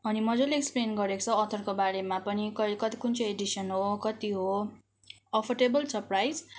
अनि मजाले एक्सप्लेन गरेको छ अथरको बारेमा पनि क कति कुन चाहिँ एडिसन हो कति हो अफोर्डेबल छ प्राइस